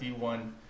d1